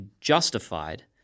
justified